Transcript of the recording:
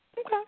Okay